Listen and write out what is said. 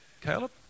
Caleb